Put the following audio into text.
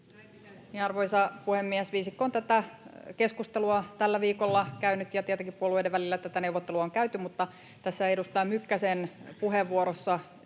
Arvoisa puhemies! Viisikko on tätä keskustelua tällä viikolla käynyt, ja tietenkin puolueiden välillä tätä neuvottelua on käyty, mutta tässä edustaja Mykkäsen puheenvuorossa